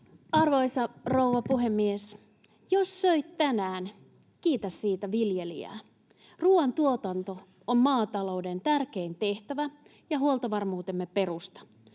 Arvoisa rouva puhemies! Jos söit tänään, kiitä siitä viljelijää. Ruoantuotanto on maatalouden tärkein tehtävä ja huoltovarmuutemme perusta.